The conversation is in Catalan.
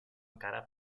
encara